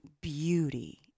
beauty